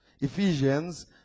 Ephesians